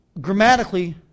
grammatically